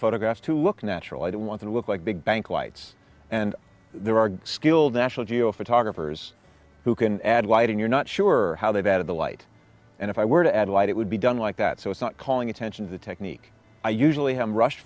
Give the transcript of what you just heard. photographs to look natural i don't want to look like big bank lights and there are skilled national geo photographers who can add lighting you're not sure how they've added the light and if i were to add light it would be done like that so it's not calling attention to the technique i usually have rushed